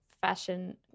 Fashion